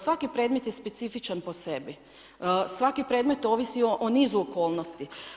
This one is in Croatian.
Svaki predmet je specifičan po sebi, svaki predmet ovisi o nizu okolnosti.